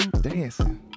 Dancing